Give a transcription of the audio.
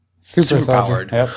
super-powered